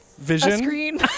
vision